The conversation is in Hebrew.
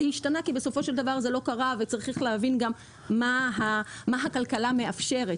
זה השתנה כי בסופו של דבר זה לא קרה וצריך להבין גם מה הכלכלה מאפשרת,